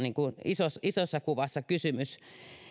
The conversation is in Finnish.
isossa isossa kuvassa kysymys